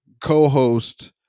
co-host